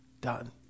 done